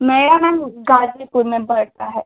मेरा मैम गाजीपुर में पड़ता है